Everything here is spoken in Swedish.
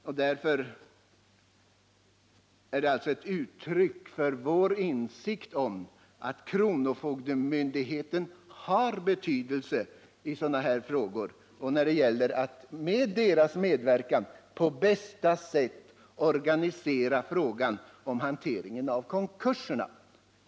Det här är alltså ett uttryck för vår insikt om kronofogdemyndighetens betydelse i sådana här frågor för att man skall få den bästa organisationen av konkursernas hantering.